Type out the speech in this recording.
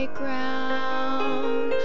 ground